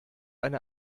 eine